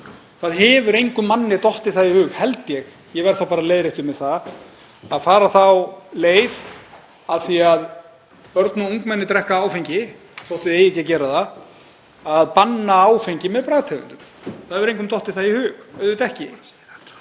Það hefur engum manni dottið í hug — held ég, ég verð þá bara leiðréttur með það — að fara þá leið, af því að börn og ungmenni drekka áfengi þótt þau eigi ekki að gera það, að banna áfengi með bragðtegundum. Það hefur engum dottið það í hug, auðvitað ekki.